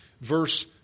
verse